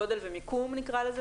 גודל ומיקום נקרא לזה,